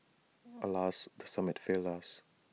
alas the summit failed us